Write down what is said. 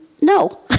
no